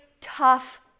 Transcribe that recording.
tough